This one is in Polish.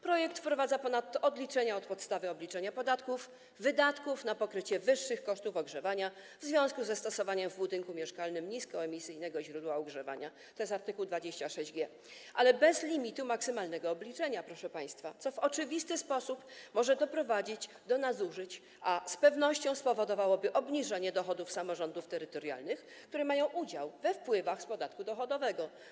Projekt wprowadza ponadto odliczenia od podstawy obliczenia podatków, wydatków na pokrycie wyższych kosztów ogrzewania w związku ze stosowaniem w budynku mieszkalnym niskoemisyjnego źródła ogrzewania - to jest art. 26g - ale bez limitu maksymalnego odliczenia, proszę państwa, co w oczywisty sposób może doprowadzić do nadużyć, a z pewnością spowodowałoby obniżenie dochodów samorządów terytorialnych, które mają udział we wpływach z podatku dochodowego.